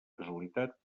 casualitat